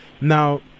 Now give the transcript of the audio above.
Now